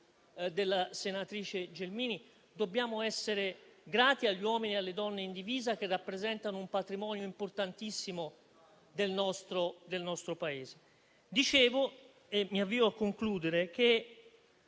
della senatrice Gelmini - dobbiamo essere grati agli uomini e alle donne in divisa, che rappresentano un patrimonio importantissimo del nostro Paese. Dicevo - e mi avvio a concludere - che